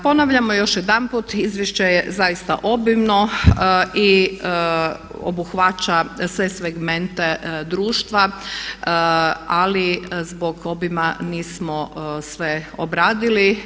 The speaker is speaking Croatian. Ponavljamo još jedanput, izvješće je zaista obimno i obuhvaća sve segmente društva, ali zbog obima nismo sve obradili.